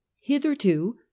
Hitherto